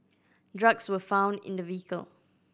drugs were found in the vehicle